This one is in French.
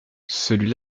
celui